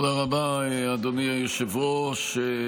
תודה רבה, אדוני היושב-ראש.